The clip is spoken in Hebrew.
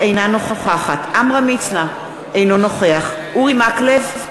אינה נוכחת עמרם מצנע, אינו נוכח אורי מקלב,